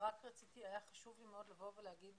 היה לי חשוב מאוד לבוא ולהגיד